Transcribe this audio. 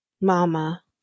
mama